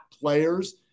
players